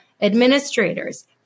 administrators